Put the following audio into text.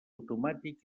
automàtic